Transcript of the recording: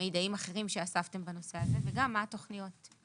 מידעים אחרים שאספתם בנושא הזה וגם מה התכניות.